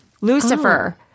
Lucifer